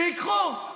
שייקחו.